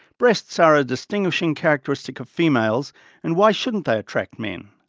breasts are a distinguishing characteristic of females and why shouldn't they attract men?